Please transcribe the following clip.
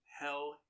Hell